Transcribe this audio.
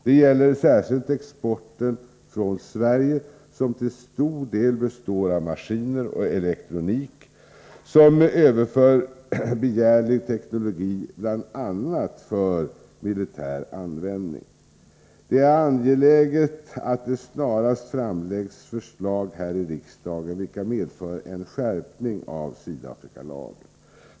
Det gäller särskilt exporten från Sverige, som till stor del består av maskiner och elektronik, och överför begärlig teknologi bl.a. för militär användning. Det är angeläget att det snarast framläggs förslag här i riksdagen vilka medför en skärpning av Sydafrikalagen.